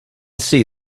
see